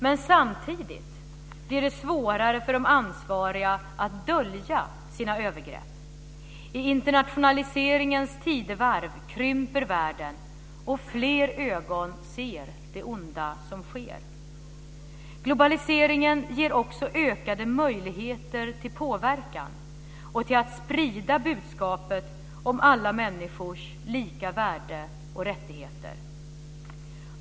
Men samtidigt blir det svårare för de ansvariga att dölja sina övergrepp. I internationaliseringens tidevarv krymper världen och fler ögon ser det onda som sker. Globaliseringen ger också ökade möjligheter till påverkan och till att sprida budskapet om alla människors lika värde och rättigheter.